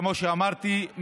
כמו שאמרתי,